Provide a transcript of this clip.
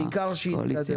העיקר שיתקדם.